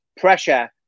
pressure